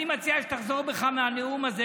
אני מציע שתחזור בך מהנאום הזה,